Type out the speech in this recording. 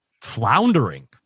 floundering